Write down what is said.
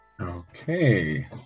Okay